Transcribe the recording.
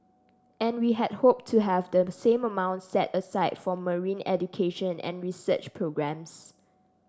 and we had hoped to have the same amount set aside for marine education and research programmes